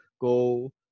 go